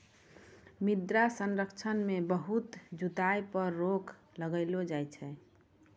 मृदा संरक्षण मे बहुत जुताई पर रोक लगैलो जाय छै